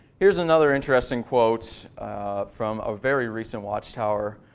here's another interesting quote from a very recent watchtower.